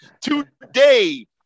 Today